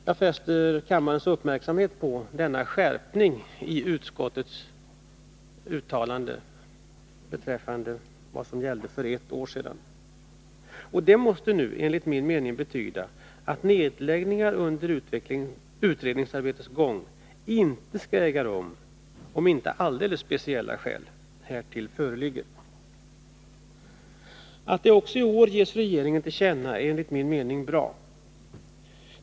Jag fäster kammarens uppmärksamhet på denna skärpning av utskottets uttalande beträffande vad som gällde för ett år sedan. Detta måste enligt min mening betyda att nedläggningar under utredningsarbetets gång inte skall äga rum, om inte alldeles speciella skäl härför föreligger. Att detta också i år ges regeringen till känna är enligt min mening bra.